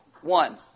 One